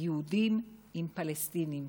יהודים עם פלסטינים,